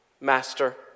Master